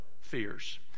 fears